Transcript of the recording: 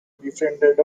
befriended